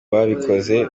babikoze